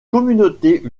communautés